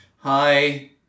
Hi